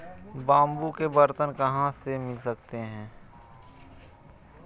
Bamboo के बर्तन कहाँ से मिल सकते हैं?